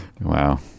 Wow